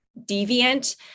deviant